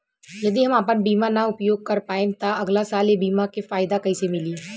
यदि हम आपन बीमा ना उपयोग कर पाएम त अगलासाल ए बीमा के फाइदा कइसे मिली?